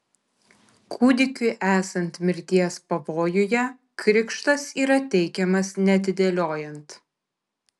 kūdikiui esant mirties pavojuje krikštas yra teikiamas neatidėliojant